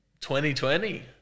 2020